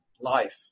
life